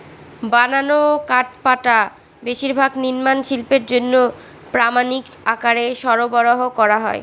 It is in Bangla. বানানো কাঠপাটা বেশিরভাগ নির্মাণ শিল্পের জন্য প্রামানিক আকারে সরবরাহ করা হয়